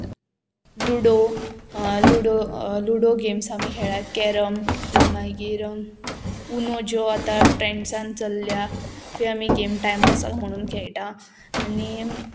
ludo ludo ludo games आमी खेळ्ळ्यांत carrom मागीर ऊनो ज्यो आतां ट्रेंड्सान चल्ल्या त्यो आमी गेम टायमपास म्हणून खेळटा आनी